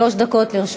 שלוש דקות לרשותך.